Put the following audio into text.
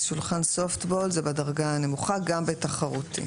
שולחן + סופטבול + זה בדרגה הנמוכה גם בתחרותי.